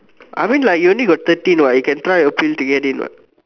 I mean like you only got thirteen what you can try appeal to get in what